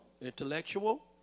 intellectual